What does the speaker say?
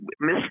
miss